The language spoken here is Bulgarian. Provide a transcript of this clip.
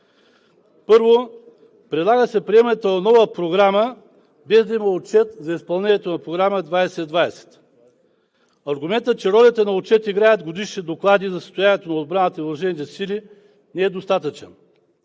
Първо, предлага се приемането на нова програма, без да има отчет за изпълнението на Програма 2020. Аргументът, че ролята на отчет играе годишни доклади за състоянието на отбраната и въоръжените сили не е достатъчен,